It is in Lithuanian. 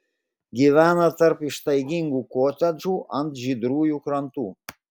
gyvena tarp ištaigingų kotedžų ant žydrųjų krantų